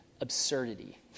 absurdity